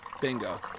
Bingo